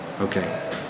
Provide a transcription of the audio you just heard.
Okay